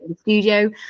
studio